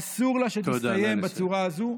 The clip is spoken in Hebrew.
אסור לה שתסתיים בצורה הזו.